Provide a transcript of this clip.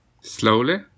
Slowly